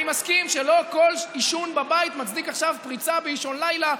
אני מסכים שלא כל עישון בבית מצדיק עכשיו פריצה באישון לילה,